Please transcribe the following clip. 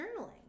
journaling